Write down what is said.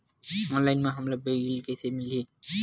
Online म हमला bill कइसे मिलही?